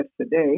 today